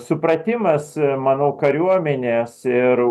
supratimas manau kariuomenės ir